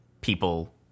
people